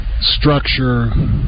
structure